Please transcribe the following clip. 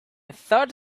thought